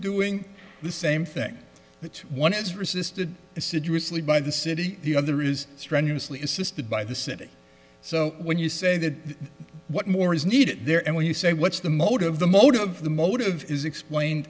doing the same thing that one has resisted assiduously by the city the other is strenuously assisted by the city so when you say that what more is needed there and when you say what's the motive the motive the motive is explain